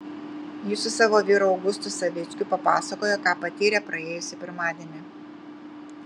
ji su savo vyru augustu savickiu papasakojo ką patyrė praėjusį pirmadienį